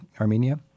Armenia